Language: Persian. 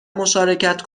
مشارکت